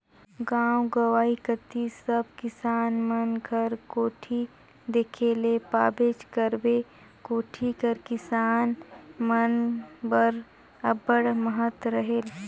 गाव गंवई कती सब किसान मन घर कोठी देखे ले पाबेच करबे, कोठी कर किसान मन बर अब्बड़ महत रहेल